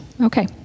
Okay